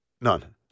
None